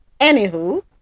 anywho